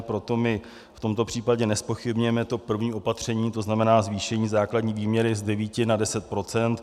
Proto v tomto případě nezpochybňujeme to první opatření, tzn. zvýšení základní výměry z 9 na 10 %.